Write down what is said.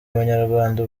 abanyarwanda